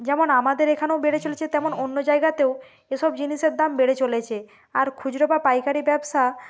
যেমন আমাদের এখানেও বেড়ে চলেছে তেমন অন্য জায়গাতেও এসব জিনিসের দাম বেড়ে চলেছে আর খুজরো বা পাইকারি ব্যবসা